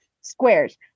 squares